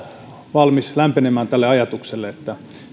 valmis lämpenemään tälle ajatukselle että